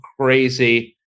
Crazy